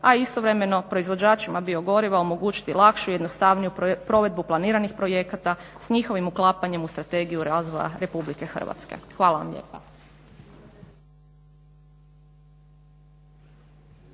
a istovremeno proizvođačima biogoriva omogućiti lakšu, jednostavniju provedbu planiranih projekata s njihovim uklapanjem u Strategiju razvoja RH. Hvala vam lijepa.